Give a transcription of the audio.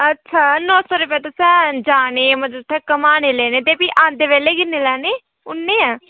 अच्छा नौ सौ रपेआ तुसें जाने मतलब उत्थै घुमाने लैने ते भी औंदे बेल्लै किन्ने लैने उन्ने गै